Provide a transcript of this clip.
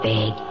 Big